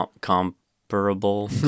Comparable